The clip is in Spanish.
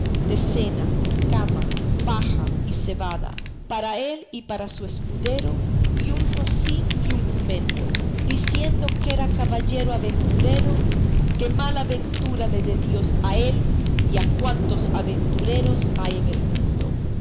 de cena cama paja y cebada para él y para su escudero y un rocín y un jumento diciendo que era caballero aventurero que mala ventura le dé dios a él y a cuantos aventureros hay en el mundo y que por esto no estaba obligado a pagar nada que así estaba escrito en